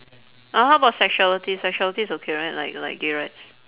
oh how about sexuality sexuality is okay right like like gay rights